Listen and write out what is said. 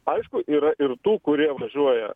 aišku yra ir tų kurie važiuoja